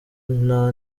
nta